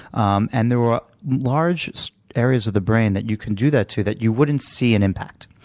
um and there are large areas of the brain that you can do that to that you wouldn't see an impact.